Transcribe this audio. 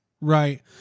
right